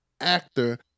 actor